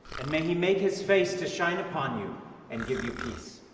and may he make his face to shine upon you and give you peace.